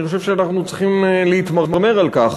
אני חושב שאנחנו צריכים להתמרמר על כך